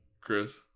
chris